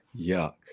Yuck